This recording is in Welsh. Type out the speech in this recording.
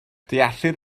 deallir